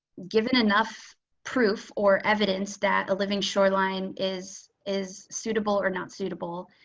given enough proof or evidence that a living shoreline is is suitable or not suitable,